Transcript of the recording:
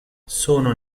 sono